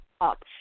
up